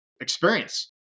experience